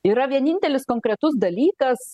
yra vienintelis konkretus dalykas